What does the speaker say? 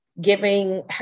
giving